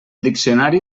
diccionari